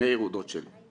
מאיר הוא דוד שלי.